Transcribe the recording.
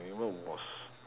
K what was